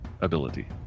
ability